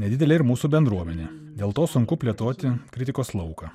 nedidelė ir mūsų bendruomenė dėl to sunku plėtoti kritikos lauką